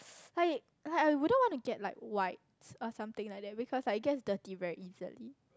like like I wouldn't want to get like whites or something like that because like it gets dirty very easily